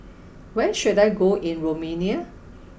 where should I go in Romania